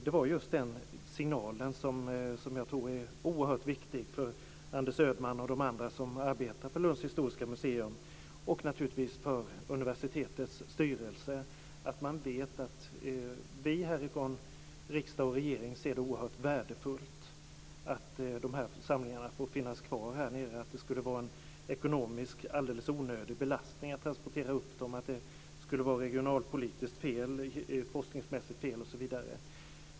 Det var just den signal som jag tror är oerhört viktig för Anders Ödman och de andra som arbetar på Lunds universitets historiska museum och naturligtvis för universitetets styrelse, att man vet att vi från riksdag och regering ser det som oerhört värdefullt att samlingarna får finnas kvar där. Det skulle vara en onödig ekonomisk belastning att transportera samlingen upp hit. Det skulle dessutom vara regionalpolitiskt och kostnadsmässigt fel.